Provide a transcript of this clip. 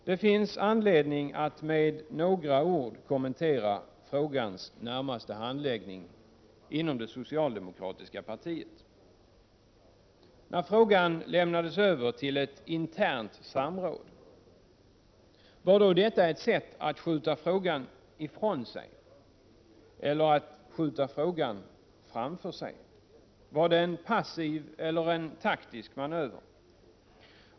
Det finns anledning att med några ord kommentera frågans senaste handläggning inom det socialdemokratiska partiet. När frågan lämnades över till ett internt samråd, var då detta ett sätt att skjuta frågan ifrån sig eller att skjuta frågan framför sig? Var det en passiv eller en taktisk manöver?